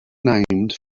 named